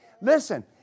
Listen